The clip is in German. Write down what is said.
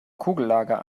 kugellager